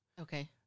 Okay